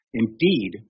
indeed